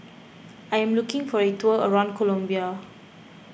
I am looking for a tour around Colombia